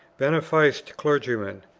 beneficed clergymen,